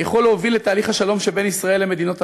יכול להוביל לתהליך השלום שבין ישראל למדינות ערב,